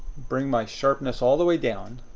bring my sharpness all the way down